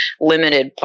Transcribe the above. limited